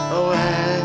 away